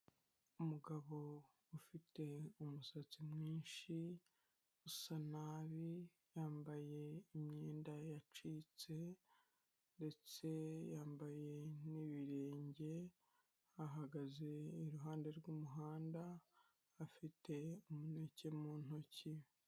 Umugabo ufite umusatsi mwinshi usa nabi yambaye imyenda yacitse ndetse yambaye n'ibirenge, ahagaze iruhande rw'umuhanda afite umuneke mu ntoki.